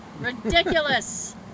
Ridiculous